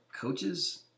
coaches